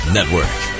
Network